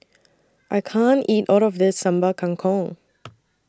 I can't eat All of This Sambal Kangkong